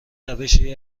روشی